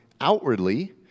outwardly